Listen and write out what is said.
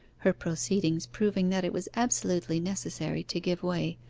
her proceedings proving that it was absolutely necessary to give way,